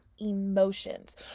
emotions